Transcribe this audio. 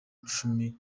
cumi